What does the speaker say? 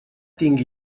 tingui